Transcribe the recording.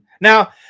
Now